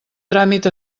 tràmit